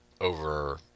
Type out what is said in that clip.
over